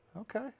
Okay